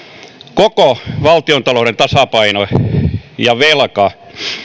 koko valtiontalouden tasapaino ja velka